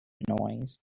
noise